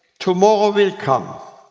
tomorrow will come,